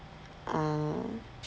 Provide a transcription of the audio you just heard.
ah